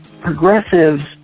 progressives